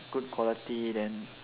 good quality then